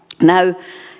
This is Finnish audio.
näy